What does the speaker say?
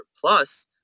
plus